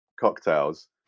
cocktails